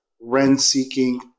rent-seeking